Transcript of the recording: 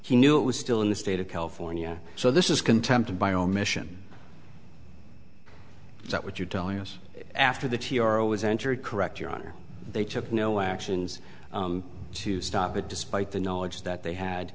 he knew it was still in the state of california so this is contempt by omission is that what you're telling us after the t r was entered correct your honor they took no actions to stop it despite the knowledge that they had